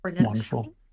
Wonderful